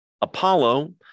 Apollo